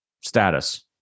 status